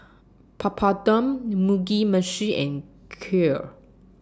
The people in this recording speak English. Papadum Mugi Meshi and Kheer